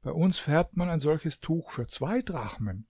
bei uns färbt man ein solches tuch für zwei drachmen